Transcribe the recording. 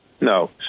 No